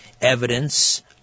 evidence